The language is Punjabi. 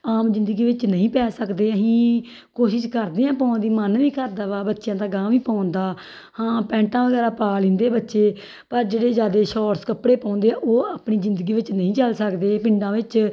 ਆਮ ਜ਼ਿੰਦਗੀ ਵਿੱਚ ਨਹੀਂ ਪੈ ਸਕਦੇ ਅਸੀਂ ਕੋਸ਼ਿਸ਼ ਕਰਦੇ ਹਾਂ ਪਾਉਣ ਦੀ ਮਨ ਵੀ ਕਰਦਾ ਵਾ ਬੱਚਿਆਂ ਦਾ ਅਗਾਂਹ ਵੀ ਪਾਉਣ ਦਾ ਹਾਂ ਪੈਂਟਾਂ ਵਗੈਰਾ ਪਾ ਲੈਂਦੇ ਬੱਚੇ ਪਰ ਜਿਹੜੇ ਜ਼ਿਆਦਾ ਸ਼ੋਰਟਸ ਕੱਪੜੇ ਪਾਉਂਦੇ ਆ ਉਹ ਆਪਣੀ ਜ਼ਿੰਦਗੀ ਵਿੱਚ ਨਹੀਂ ਚੱਲ ਸਕਦੇ ਪਿੰਡਾਂ ਵਿੱਚ